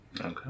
Okay